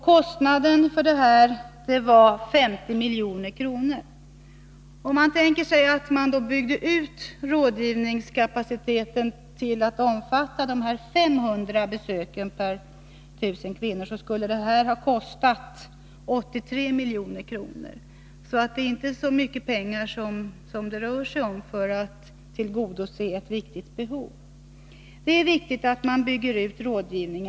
Kostnaden för detta var 50 milj.kr. Om man tänker sig att rådgivningskapaciteten hade byggts ut till att omfatta 500 besök per 1 000 fertila kvinnor skulle det ha kostat 83 milj.kr. Det rör sig alltså inte om så mycket pengar för att tillgodose ett angeläget behov. Det är viktigt att rådgivningen byggs ut.